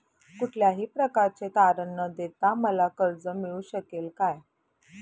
कुठल्याही प्रकारचे तारण न देता मला कर्ज मिळू शकेल काय?